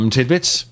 Tidbits